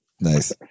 Nice